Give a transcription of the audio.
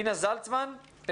אינה זלצמן,